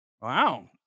Wow